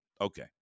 Okay